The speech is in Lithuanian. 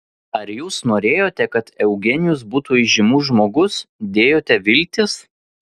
ar jūs norėjote kad eugenijus būtų įžymus žmogus dėjote viltis